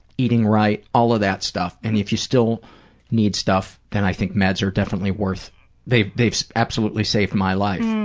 eating right, all of that stuff, and if you still need stuff, then i think meds are definitely worth it. they've absolutely saved my life.